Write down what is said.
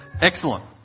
excellent